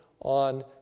on